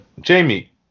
Jamie